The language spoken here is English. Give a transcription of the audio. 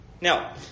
Now